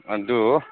ꯑꯗꯨ